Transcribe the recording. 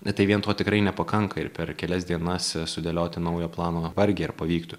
bet tai vien to tikrai nepakanka ir per kelias dienas sudėlioti naują planą vargiai ar pavyktų